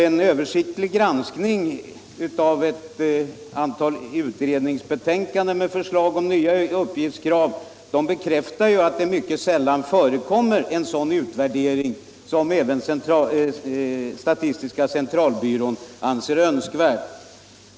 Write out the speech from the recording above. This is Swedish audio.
En översiktlig granskning av ett antal utredningsbetänkanden med förslag om nya uppgiftskrav bekräftar också att det mycket sällan förekommer en sådan utvärdering som statistiska centralbyrån anser önskvärd.